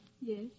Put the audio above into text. Yes